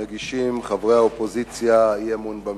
מגישים חברי האופוזיציה אי-אמון בממשלה.